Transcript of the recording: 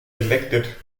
elected